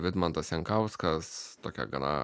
vidmantas jankauskas tokią gana